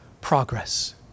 progress